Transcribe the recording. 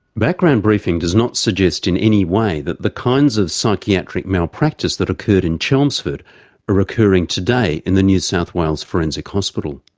background briefing does not suggest in any way that the kinds of psychiatric malpractice that occurred in chelmsford are occurring today in the new south wales forensic hospital.